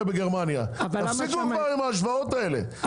בגרמניה תפסיקו כבר עם ההשוואות האלה,